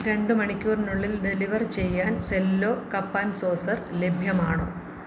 രണ്ട് മണിക്കൂറിനുള്ളിൽ ഡെലിവർ ചെയ്യാൻ സെല്ലോ കപ്പ് ആൻ സോസർ ലഭ്യമാണോ